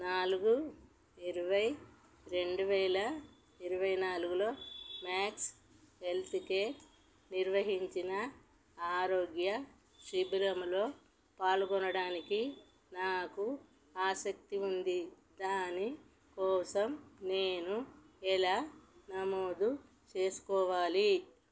నాలుగు ఇరవై రెండు వేల ఇరవై నాలుగులో మ్యాక్స్ హెల్త్కేర్ నిర్వహించిన ఆరోగ్య శిబిరములో పాల్గొనడానికి నాకు ఆసక్తి ఉంది దాని కోసం నేను ఎలా నమోదు చేసుకోవాలి